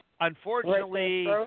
unfortunately